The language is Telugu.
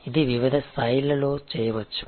ఇది వివిధ స్థాయిలలో చేయవచ్చు